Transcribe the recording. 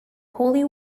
holy